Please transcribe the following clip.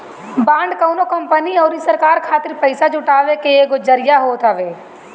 bond कवनो company अउरी सरकार खातिर पईसा जुटाए के एगो जरिया होत हवे